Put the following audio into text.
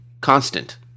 constant